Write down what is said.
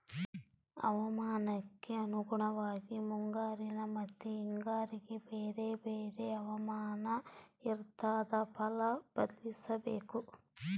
ಹವಾಮಾನಕ್ಕೆ ಅನುಗುಣವಾಗಿ ಮುಂಗಾರಿನ ಮತ್ತಿ ಹಿಂಗಾರಿಗೆ ಬೇರೆ ಬೇರೆ ಹವಾಮಾನ ಇರ್ತಾದ ಫಲ ಬದ್ಲಿಸಬೇಕು